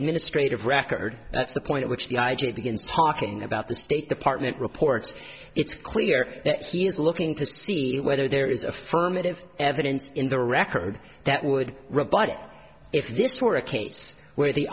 administrative record that's the point at which the i g begins talking about the state department reports it's clear that he is looking to see whether there is affirmative evidence in the record that would rebut if this were a case where the